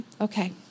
Okay